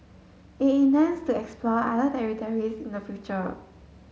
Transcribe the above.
it intends to explore other territories in the future